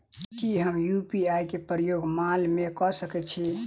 की हम यु.पी.आई केँ प्रयोग माल मै कऽ सकैत छी?